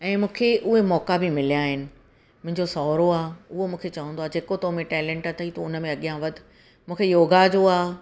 ऐं मूंखे उहे मौक़ा बि मिलियां आहिनि मुंहिंजो सहुरो आहे उहो मूंखे चवंदो आहे जेको तो में टेलेंट अथई तूं उनमें अॻियां वधु मूंखे योगा जो आहे